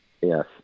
Yes